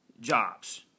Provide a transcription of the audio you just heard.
jobs